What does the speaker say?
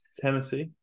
Tennessee